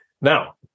Now